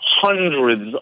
hundreds